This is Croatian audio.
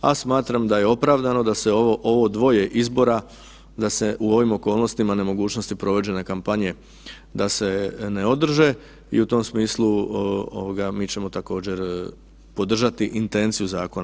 A smatram da je opravdano da se ovo dvoje izbora da se u ovim okolnostima nemogućnosti provođenja kampanje da se ne održe i u tom smislu mi ćemo također podržati intenciju zakona.